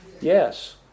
Yes